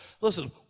Listen